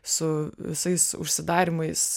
su visais užsidarymais